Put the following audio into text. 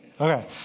Okay